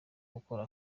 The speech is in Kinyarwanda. akora